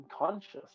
unconscious